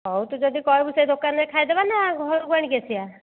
ହଉ ତୁ ଯଦି କହିବୁ ସେହି ଦୋକାନରେ ଖାଇଦେବା ନା ଘରକୁ ଆଣିକି ଆସିବା